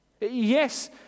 Yes